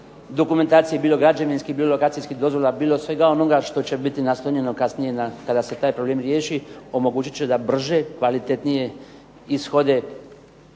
dokumentacije bilo građevinskih, bilo lokacijskih dozvola, bilo svega onoga što će biti naslonjeno kasnije kada se taj problem riješi, omogućit će da brže, kvalitetnije ishode